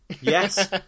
Yes